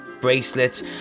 bracelets